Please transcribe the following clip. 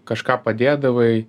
kažką padėdavai